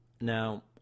Now